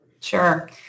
Sure